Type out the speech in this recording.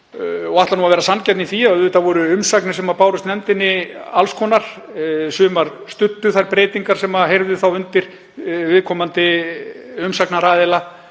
og ætla að vera sanngjarn í því að auðvitað voru umsagnir sem bárust nefndinni alls konar, sumar studdu þær breytingar sem heyrðu þá undir viðkomandi umsagnaraðila,